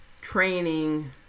training